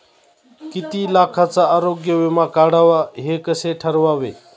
किती लाखाचा आरोग्य विमा काढावा हे कसे ठरवावे?